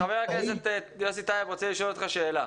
חבר הכנסת יוסי טייב רוצה לשאול אותך שאלה.